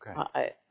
Okay